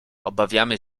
obawiamy